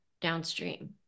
downstream